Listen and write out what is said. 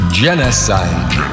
genocide